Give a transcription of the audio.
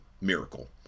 miracle